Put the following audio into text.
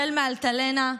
החל מאלטלנה,